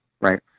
right